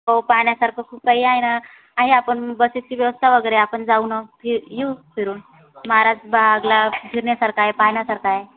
हो पाहण्यासारखं खूप काही आहे ना आहे आपण बसेसची व्यवस्था वगैरे आपण जाऊ ना फिऊ येऊ फिरून महाराज बागला फिरण्यासारखं आहे पाहण्यासारखं आहे